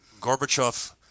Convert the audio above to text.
Gorbachev